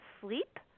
sleep